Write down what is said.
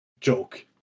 joke